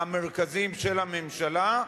המרכזים של הממשלה,